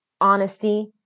honesty